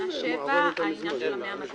תקנה 7. מה?